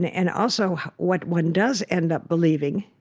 and also what one does end up believing,